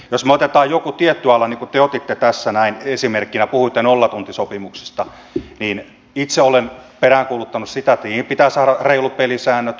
jos me otamme jonkun tietyn alan niin kuin te otitte tässä näin esimerkkinä puhuitte nollatuntisopimuksista niin itse olen peräänkuuluttanut sitä että niihin pitää saada reilut pelisäännöt